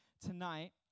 tonight